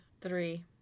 Three